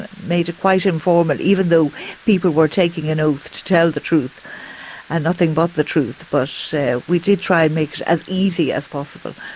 it quite informal, even though people were taking an oath to tell the truth and nothing but the truth, but so we did try and make it as easy as possible.